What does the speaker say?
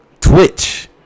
twitch